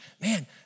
Man